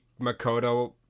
Makoto